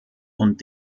und